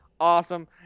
awesome